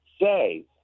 say